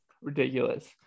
ridiculous